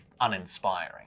uninspiring